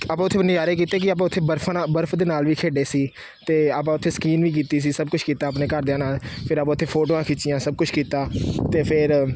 ਆਪਾਂ ਉੱਥੇ ਫਿਰ ਨਜ਼ਾਰੇ ਕੀਤੇ ਕਿ ਆਪਾਂ ਉੱਥੇ ਬਰਫਾਂ ਨਾਲ ਬਰਫ ਦੇ ਨਾਲ ਵੀ ਖੇਡੇ ਸੀ ਅਤੇ ਆਪਾਂ ਉੱਥੇ ਸਕੀਨ ਵੀ ਕੀਤੀ ਸੀ ਸਭ ਕੁਛ ਕੀਤਾ ਆਪਣੇ ਘਰਦਿਆਂ ਨਾਲ ਫਿਰ ਆਪ ਉੱਥੇ ਫੋਟੋਆਂ ਖਿੱਚੀਆਂ ਸਭ ਕੁਛ ਕੀਤਾ ਅਤੇ ਫਿਰ